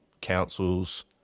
councils